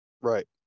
Right